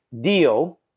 deal